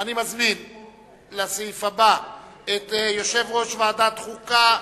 אני מזמין לסעיף הבא את יושב-ראש ועדת חוקה,